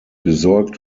besorgt